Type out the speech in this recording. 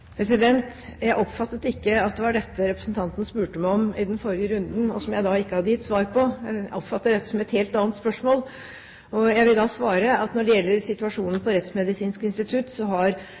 Jeg oppfattet ikke at det var dette representanten spurte meg om i den forrige runden, og som jeg da ikke hadde gitt svar på. Jeg oppfatter dette som et helt annet spørsmål. Jeg vil da svare at når det gjelder situasjonen ved Rettsmedisinsk institutt, har